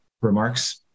remarks